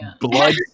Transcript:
blood